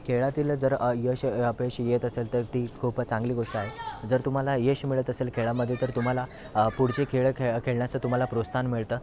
खेळातील जर यश अपयश येत असेल तर ती खूप चांगली गोष्ट आहे जर तुम्हाला यश मिळत असेल खेळामध्ये तर तुम्हाला पुढचे खेळ खे खेळण्यास तुम्हाला प्रोत्साहन मिळतं